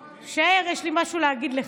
תישאר, יש לי משהו להגיד לך.